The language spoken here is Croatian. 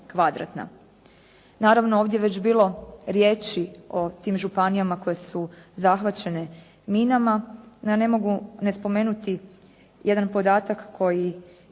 Naravno ovdje je već bilo riječi o tim županijama koje su zahvaćene minama. No, ne mogu ne spomenuti jedan podatak koji je